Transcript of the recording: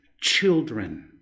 children